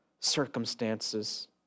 Circumstances